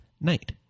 night